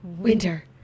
winter